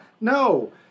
No